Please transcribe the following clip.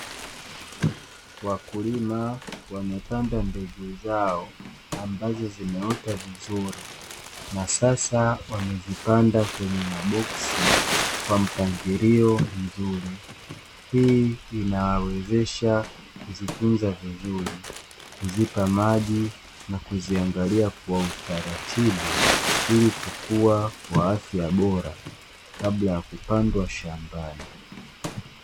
Wakulima wamepanda mbegu zao ambazo zimeota vizuri na sasa wamezipanda kwenye maboksi kwa mpangilio mzuri hii inawawezesha kuzitunza vizuri, kuzipa maji na kuziangalia kwa utaratibu ilikukua kwa afya bora kabla ya kupandwa shambani.